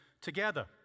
together